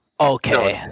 Okay